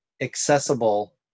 accessible